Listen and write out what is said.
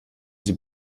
sie